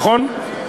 נכון?